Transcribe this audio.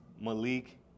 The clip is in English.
Malik